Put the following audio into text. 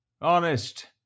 honest